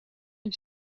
een